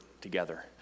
together